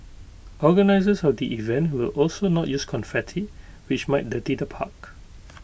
organisers of the event will also not use confetti which might the deter park